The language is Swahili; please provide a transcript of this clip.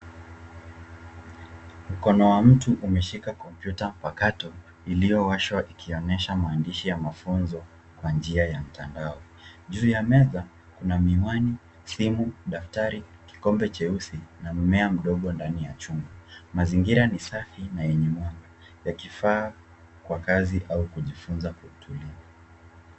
Mkono wa mtu umeshika kompyuta mpakato iliowashwa ikionyesha maandishi ya mafunzo kwa njia ya mtandao. Juu ya meza kuna miwani, simu, daftari, kikombe cheusi na mmea mdogo ndani ya chumba. Mazingira ni safi na yenye mwanga yakifaa kwa kazi au kujifunza kwa utulivu.